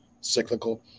cyclical